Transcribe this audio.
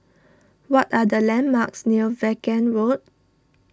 what are the landmarks near Vaughan Road